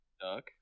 Duck